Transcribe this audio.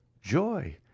Joy